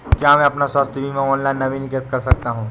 क्या मैं अपना स्वास्थ्य बीमा ऑनलाइन नवीनीकृत कर सकता हूँ?